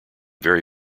very